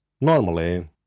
Normally